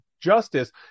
Justice